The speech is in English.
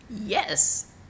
Yes